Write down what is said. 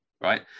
right